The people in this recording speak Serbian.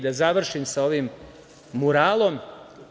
Da završim sa ovim muralom.